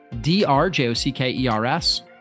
D-R-J-O-C-K-E-R-S